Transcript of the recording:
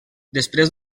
després